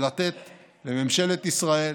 ולתת לממשלת ישראל